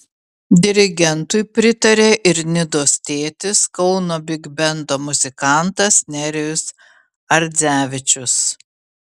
dirigentui pritarė ir nidos tėtis kauno bigbendo muzikantas nerijus ardzevičius